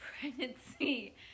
pregnancy